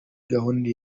gahunda